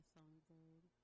Songbird